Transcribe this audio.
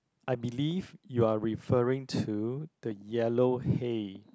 I believe you are referring to the yellow hay